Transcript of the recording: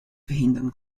verhindern